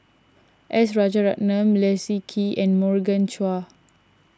S Rajaratnam Leslie Kee and Morgan Chua